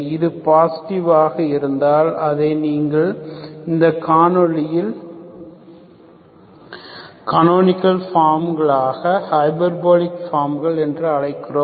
இது பாசிட்டிவ் ஆனதாக இருந்தால் இதை நீங்கள் இந்த கனோனிக்கள் ஃபார்ம் களை ஹைபர்போலிக் ஃபார்ம் என்று அழைக்கிறீர்கள்